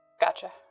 Gotcha